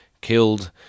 killed